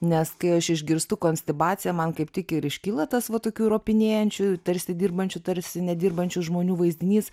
nes kai aš išgirstu konstibacija man kaip tik ir iškyla tas va tokių ropinėjančių tarsi dirbančių tarsi nedirbančių žmonių vaizdinys